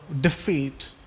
defeat